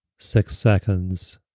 six seconds.